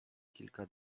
kilka